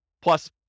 plus